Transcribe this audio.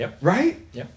Right